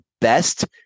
best